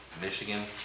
Michigan